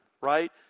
right